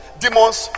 demons